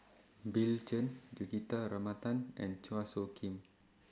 Bill Chen Juthika Ramanathan and Chua Soo Khim